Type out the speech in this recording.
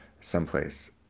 someplace